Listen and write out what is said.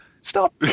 Stop